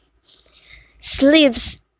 Sleeves